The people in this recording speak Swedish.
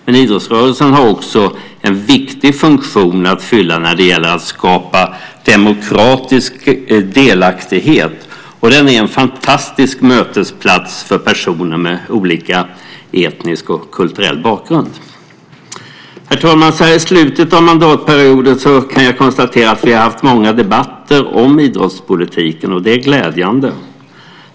Men idrottsrörelsen har också en viktig funktion att fylla när det gäller att skapa demokratisk delaktighet, och den är en fantastisk mötesplats för personer med olika etnisk och kulturell bakgrund. Herr talman! Så här i slutet av mandatperioden kan jag konstatera att vi har haft många debatter om idrottspolitiken, och det är glädjande.